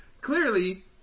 clearly